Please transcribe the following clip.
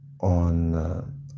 on